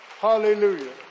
Hallelujah